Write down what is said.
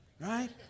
Right